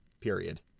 period